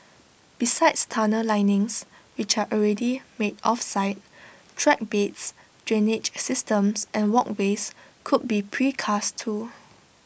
besides tunnel linings which are already made off site track beds drainage systems and walkways could be precast too